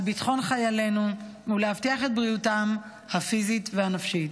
ביטחון חיילינו ולהבטיח את בריאותם הפיזית והנפשית.